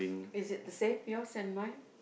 is it the same yours and mine